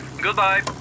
Goodbye